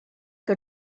que